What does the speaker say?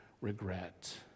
regret